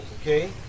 okay